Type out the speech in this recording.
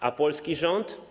A polski rząd?